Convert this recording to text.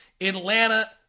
Atlanta